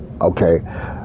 okay